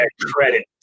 credit